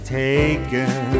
taken